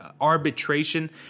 arbitration